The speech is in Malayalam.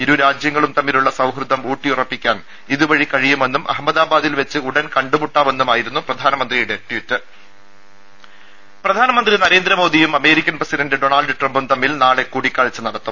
ഇരു രാജ്യങ്ങളും തമ്മിലുള്ള സൌഹൃദം ഊട്ടിയുറപ്പിക്കാൻ ഇതുവഴി കഴിയുമെന്നും അഹമ്മദാബാദിൽ വെച്ച് ഉടൻ കണ്ടുമുട്ടാമെന്നുമായിരുന്നു പ്രധാനമന്ത്രിയുടെ ട്വീറ്റ് ടെട്ട പ്രധാനമന്ത്രി നരേന്ദ്രമോദിയും അമേരിക്കൻ പ്രസിഡന്റ് ഡൊണാൾഡ് ട്രംപും തമ്മിൽ നാളെ കൂടിക്കാഴ്ച നടത്തും